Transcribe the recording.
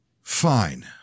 Fine